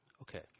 Okay